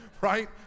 right